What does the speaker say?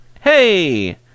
Hey